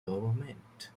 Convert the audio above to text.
government